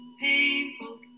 painful